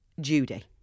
Judy